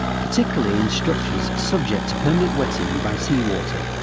particularly in structures subject to permanent wetting by seawater,